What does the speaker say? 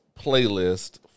playlist